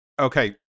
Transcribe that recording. Okay